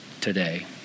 today